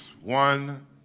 One